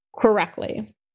correctly